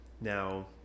Now